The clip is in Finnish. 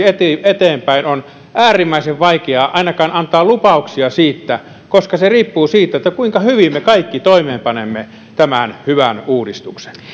eteenpäin on äärimmäisen vaikeaa ainakin lupausten antaminen siitä koska se riippuu siitä kuinka hyvin me kaikki toimeenpanemme tämän hyvän uudistuksen